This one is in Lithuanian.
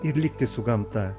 ir likti su gamta